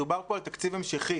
מדובר פה על תקציב המשכי.